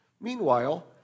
Meanwhile